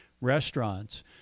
restaurants